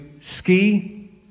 Ski